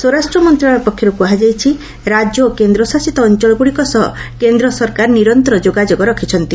ସ୍ୱରାଷ୍ଟ୍ର ମନ୍ତ୍ରଣାଳୟ ପକ୍ଷର୍ କୃହାଯାଇଛି ରାଜ୍ୟ ଓ କେନ୍ଦ୍ରଶାସିତ ଅଞ୍ଚଳଗ୍ରଡ଼ିକ ସହ କେନ୍ଦ୍ର ସରକାର ନିରନ୍ତର ଯୋଗାଯୋଗ ରଖିଛନ୍ତି